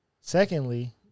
Secondly